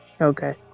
Okay